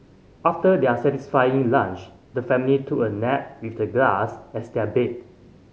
after their satisfying lunch the family took a nap with the glass as their bed